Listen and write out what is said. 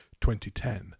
2010